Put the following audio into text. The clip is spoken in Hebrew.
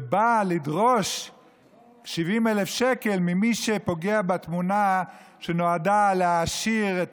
ובא לדרוש 70,000 שקלים ממי שפוגע בתמונה שנועדה להעשיר את